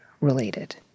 related